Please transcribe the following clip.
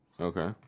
Okay